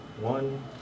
one